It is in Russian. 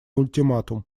ультиматум